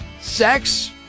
Sex